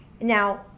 Now